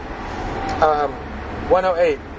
108